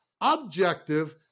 Objective